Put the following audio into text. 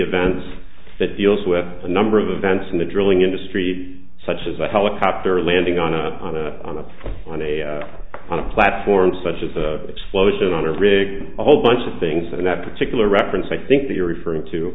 events that deals with a number of events in the drilling industry such as a helicopter landing on a on a on a on a on a platform such as the explosion on a rig a whole bunch of things and that particular reference i think they are referring to